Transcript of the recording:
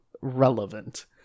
relevant